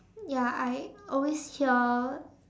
ya I always hear